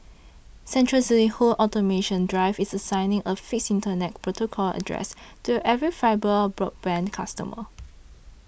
central to its home automation drive is assigning a fixed Internet protocol address to every fibre broadband customer